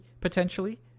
potentially